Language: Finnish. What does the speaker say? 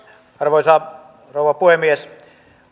arvoisa rouva puhemies